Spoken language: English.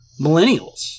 Millennials